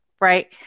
right